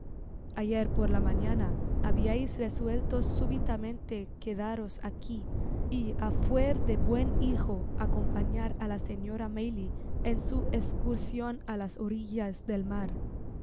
ayer por la mañana habiais resuelto súbitamente quedaros aqui y á fuer de buen hijo acompañar á la señora maylie en su escursion á las orillas del mar